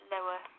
lower